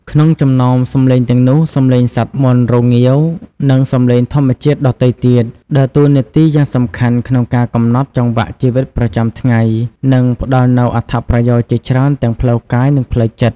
ក្នុងចំណោមសំឡេងទាំងនោះ សំឡេងសត្វមាន់រងាវ និងសំឡេងធម្មជាតិដទៃទៀតដើរតួនាទីយ៉ាងសំខាន់ក្នុងការកំណត់ចង្វាក់ជីវិតប្រចាំថ្ងៃ និងផ្ដល់នូវអត្ថប្រយោជន៍ជាច្រើនទាំងផ្លូវកាយ និងផ្លូវចិត្ត។